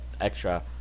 extra